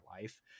life